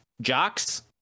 Jocks